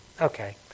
Okay